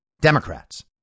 Democrats